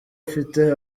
afite